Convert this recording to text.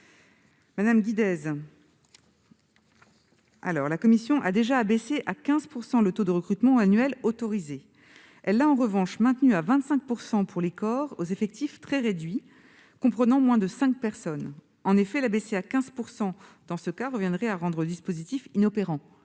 Madame Guidez, la commission a déjà abaissé à 15 % le taux de recrutements annuels autorisés. Elle l'a, en revanche, maintenu à 25 % pour les corps aux effectifs très réduits, comprenant moins de cinq personnes. En effet, l'abaisser à 15 % reviendrait dans ce cas à rendre le dispositif inopérant